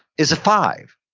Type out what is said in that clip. is a five.